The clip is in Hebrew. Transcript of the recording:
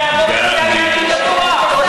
הוא יכול להישאר ולעבור לסיעת יהדות התורה.